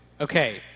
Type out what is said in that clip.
Okay